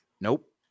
Nope